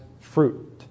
fruit